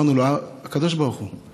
אמרנו לו: הקדוש ברוך הוא,